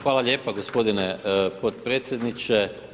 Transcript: Hvala lijepa gospodine podpredsjedniče.